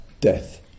death